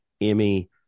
Emmy